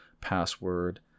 password